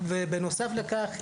ובנוסף לכך,